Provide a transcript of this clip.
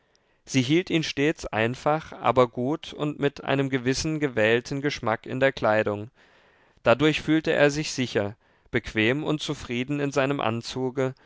sie hielt ihn stets einfach aber gut und mit einem gewissen gewählten geschmack in der kleidung dadurch fühlte er sich sicher bequem und zufrieden in seinem anzuge